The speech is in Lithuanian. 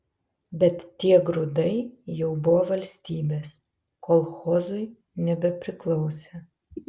bet tie grūdai jau buvo valstybės kolchozui nebepriklausė